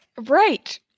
Right